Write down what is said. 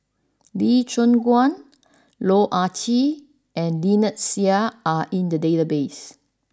Lee Choon Guan Loh Ah Chee and Lynnette Seah are in the database